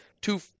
two